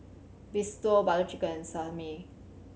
Risotto Butter Chicken and Sashimi